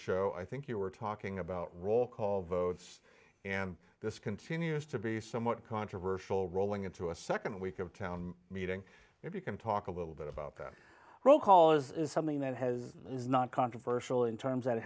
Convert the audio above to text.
show i think you were talking about roll call votes and this continues to be somewhat controversial rolling into a nd week of town meeting if you can talk a little bit about that roll call is something that has not controversial in terms that